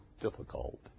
difficult